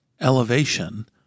elevation